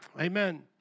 Amen